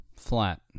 flat